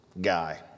guy